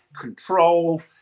control